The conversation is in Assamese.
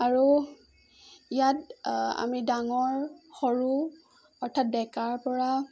আৰু ইয়াত আমি ডাঙৰ সৰু অৰ্থাৎ ডেকাৰপৰা